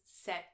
set